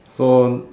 so on